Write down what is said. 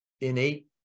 innate